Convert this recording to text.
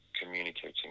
communicating